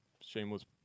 shameless